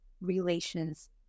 relations